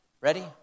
Ready